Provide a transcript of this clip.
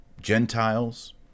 Gentiles